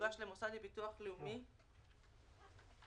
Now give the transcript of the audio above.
לשנת 2020 (בפסקה זו,